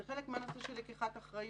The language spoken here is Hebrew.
זה חלק מלקיחת אחריות.